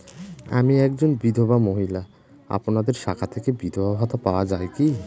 আমি একজন বিধবা মহিলা আপনাদের শাখা থেকে বিধবা ভাতা পাওয়া যায় কি?